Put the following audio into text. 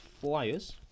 Flyers